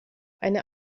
eine